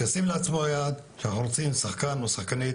שישים לעצמו יעד שאנחנו רוצים שחקן או שחקנית